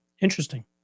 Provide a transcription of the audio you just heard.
Interesting